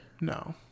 No